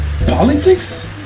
politics